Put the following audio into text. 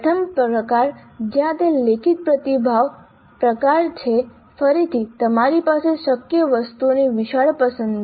પ્રથમ પ્રકાર જ્યાં તે લેખિત પ્રતિભાવ પ્રકાર છે ફરીથી તમારી પાસે શક્ય વસ્તુઓની વિશાળ પસંદગી છે